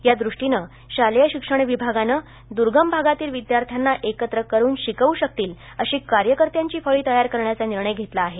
त्यादृष्टीनं शालेय शिक्षण विभागानं द्र्गम भागातील विद्यार्थ्यांना एकत्र करून शिकवू शकतील अशी कार्यकर्त्यांची फळी तयार करण्याचा निर्णय घेतला आहे